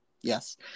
Yes